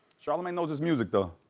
charlamagne knows his music though.